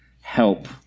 help